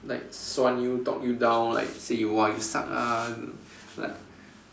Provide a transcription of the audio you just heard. like suan you talk you down like say you !wah! you suck lah like